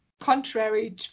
contrary